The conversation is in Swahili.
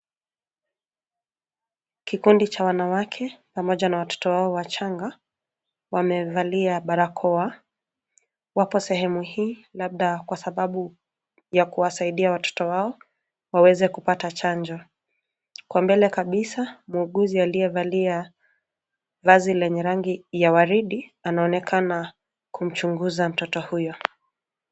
Kikundi cha wanawake pamoja na watoto wao wachanga wamevalia barakoa. Wapo sehemu hii labda kwa sababu ya kuwasaidia watoto wao waweze kupata chanjo. Kwa mbele kabisa muuguzi aliyevalia vazi lenye rangi ya waridi anaonekana kumchunguza mtoto huyo.